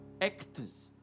Actors